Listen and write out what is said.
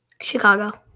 Chicago